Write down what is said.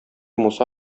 муса